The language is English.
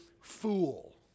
fool